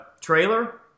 trailer